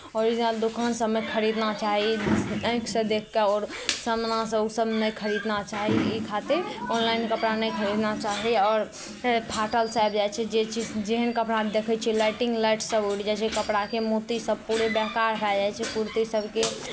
original दोकान सभमे खरीदना चाही आँखिसँ देखि कऽ आओर सामनासँ ओसभ नहि खरीदना चाही ई खातिर ऑनलाइन कपड़ा नहि खरीदना चाही आओर फेर फाटल से आबि जाइ छै जे चीज जेहन कपड़ा देखै छै लाइटिंग लाइटसभ उड़ि जाइ छै कपड़ाके मोतीसभ पूरे बेकार भए जाइ छै कुरती सभके